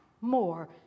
more